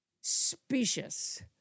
specious